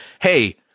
hey